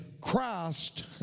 Christ